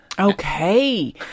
Okay